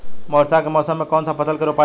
वर्षा के मौसम में कौन सा फसल के रोपाई होला?